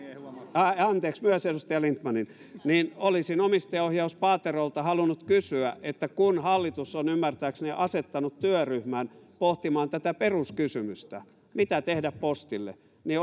anteeksi myös edustaja lindtmanin mutta olisin omistajaohjausministeri paaterolta halunnut kysyä että kun hallitus on ymmärtääkseni asettanut työryhmän pohtimaan tätä peruskysymystä mitä tehdä postille niin